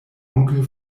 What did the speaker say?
onkel